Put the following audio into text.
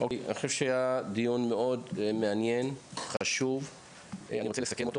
אני חושב שהיה דיון מאוד מעניין וחשוב ואני רוצה לסכם.